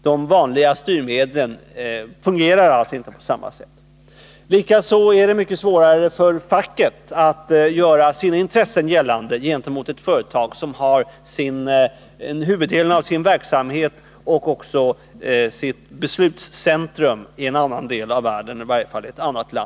De vanliga styrmedlen fungerar alltså inte på samma sätt. Likaså är det mycket svårare för facket att göra sina intressen gällande gentemot ett företag som har huvuddelen av sin verksamhet och även sitt beslutscentrum i en annan del av världen.